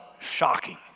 shocking